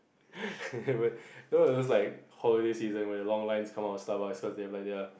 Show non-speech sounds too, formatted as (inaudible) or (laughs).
(laughs) you know those holiday season when the long line come out of Starbucks cause they have their